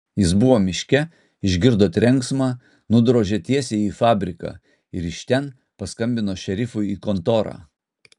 jis buvo miške išgirdo trenksmą nudrožė tiesiai į fabriką ir iš ten paskambino šerifui į kontorą